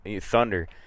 Thunder